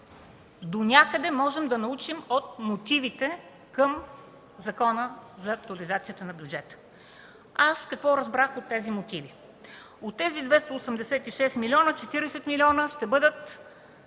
донякъде можем да научим от мотивите към Закона за актуализацията на бюджета. Какво разбрах аз от тези мотиви? От тези 286 млн. лв. – 40 млн. лв. ще бъдат